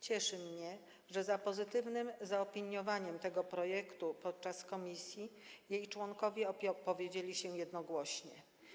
Cieszy mnie, że za pozytywnym zaopiniowaniem tego projektu podczas komisji jej członkowie opowiedzieli się jednogłośnie.